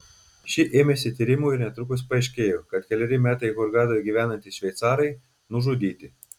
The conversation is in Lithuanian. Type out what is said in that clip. ši ėmėsi tyrimo ir netrukus paaiškėjo kad keleri metai hurgadoje gyvenantys šveicarai nužudyti